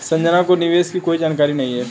संजना को निवेश की कोई जानकारी नहीं है